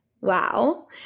Wow